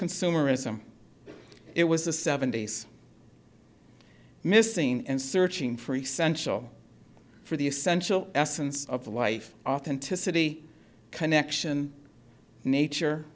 consumerism it was the seventy's missing and searching for essential for the essential essence of life authenticity connection nature